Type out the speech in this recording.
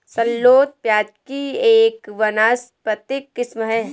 shallot प्याज़ की एक वानस्पतिक किस्म है